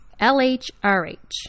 LHRH